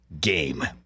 game